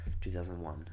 2001